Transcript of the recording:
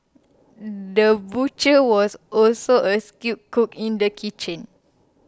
the butcher was also a skilled cook in the kitchen